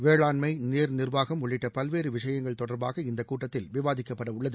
வேளாண்மை நீர் நிர்வாகம் உள்ளிட்ட பல்வேறு விஷயங்கள் தொடர்பாக இந்தக் கூட்டத்தில் விவாதிக்கப்பட உள்ளது